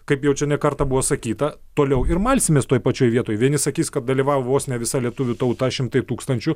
kaip jau čia ne kartą buvo sakyta toliau ir malsimės toj pačioj vietoj vieni sakys kad dalyvavo vos ne visa lietuvių tauta šimtai tūkstančių